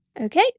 okay